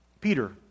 Peter